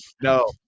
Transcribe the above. No